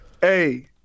Hey